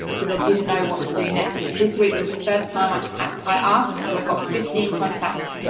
because i didn't know what to do next. this week was the first time i i asked, so i got fifteen contacts.